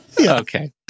okay